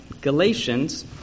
Galatians